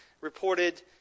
reported